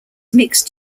mixed